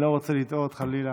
אני לא רוצה לטעות, חלילה,